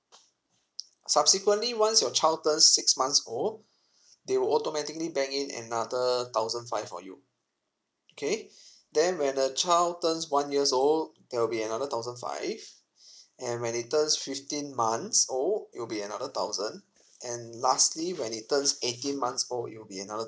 subsequently once your child turns six months old they will automatically bank in another thousand five for you okay then when the child turns one years old there will be another thousand five and when he turns fifteen months old it'll be another thousand and lastly when he turns eighteen months old it will be another